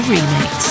Remix